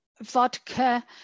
vodka